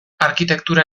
arkitektura